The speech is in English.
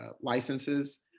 licenses